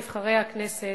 נבחרי הכנסת,